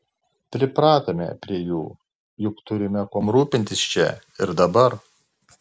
pripratome prie jų juk turime kuom rūpintis čia ir dabar